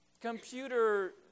computer